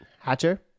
Hatcher